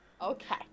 Okay